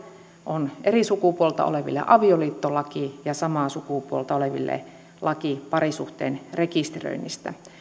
on eri sukupuolta oleville avioliittolaki ja samaa sukupuolta oleville laki parisuhteen rekisteröinnistä